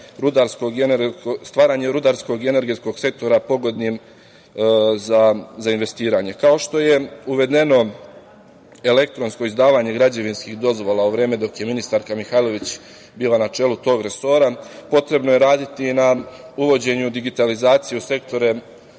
stvaranje rudarskog i energetskog sektora pogodnim za investiranje. Kao što je uvedeno elektronsko izdavanje građevinskih dozvola u vreme dok je ministarka Mihajlović bila na čelu tog resora, potrebno je raditi i na uvođenju digitalizacije u sektore